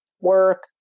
work